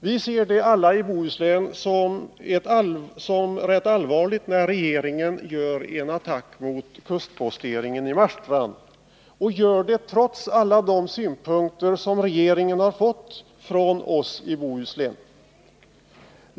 Vi alla i Bohuslän ser det som rätt allvarligt när regeringen gör en attack mot kustposteringen i Marstrand, trots alla de synpunkter som regeringen har fått från oss i Bohuslän.